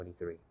23